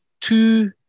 two